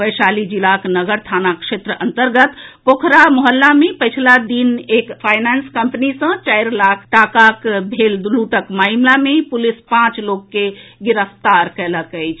वैशाली जिलाक नगर थाना क्षेत्र अंतर्गत पोखरा मोहल्ला मे पछिला दिन एक फायनांस कंपनी सॅ चारि लाख टाका भेल लूटक मामिला मे पुलिस पांच लोक के गिरफ्तार कयलक अछि